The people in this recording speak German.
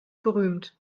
berühmt